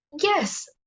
Yes